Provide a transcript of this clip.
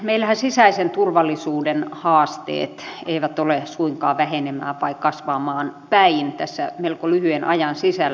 meillähän sisäisen turvallisuuden haasteet eivät ole suinkaan vähenemään vaan kasvamaan päin tässä melko lyhyen ajan sisällä